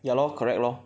ya lor correct lor